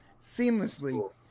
seamlessly